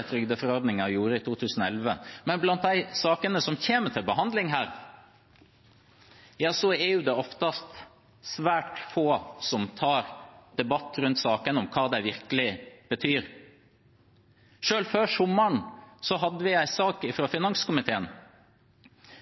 trygdeforordningen ikke gjorde i 2011. Men blant de sakene som kommer til behandling, er det oftest svært få som tar debatt om hva de virkelig betyr. Før sommeren hadde vi en sak fra finanskomiteen